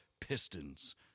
Pistons